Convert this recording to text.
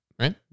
right